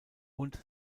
und